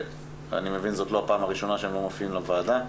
אני מבין שזאת לא הפעם הראשונה שהם לא מופיעים בוועדה.